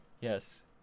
Yes